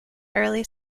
early